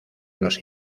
los